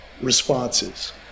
responses